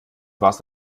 warst